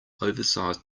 oversized